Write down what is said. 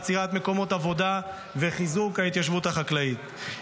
יצירת מקומות עבודה וחיזוק ההתיישבות החקלאית,